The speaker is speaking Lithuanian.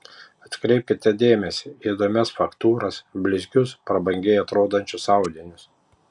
atkreipkite dėmesį į įdomias faktūras blizgius prabangiai atrodančius audinius